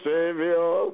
Savior